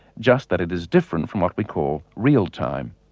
just that it is different from what we call real time.